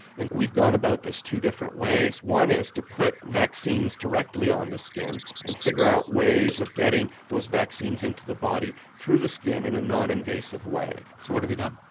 and we've gone about this two different ways one is to put vaccines directly on the skin and figure out ways of getting those vaccines into the body through the skin in a non-invasive way. so what have you done?